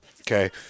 Okay